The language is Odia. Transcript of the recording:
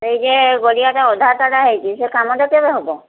ହେଊ ଯେ ଗାଡ଼ିଆଟା ଅଧା ତାଡ଼ା ହୋଇଛି ସେ କାମଟା କେବେ ହେବ